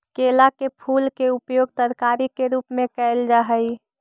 केला के फूल के उपयोग तरकारी के रूप में कयल जा हई